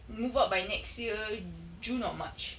move out by next year june or march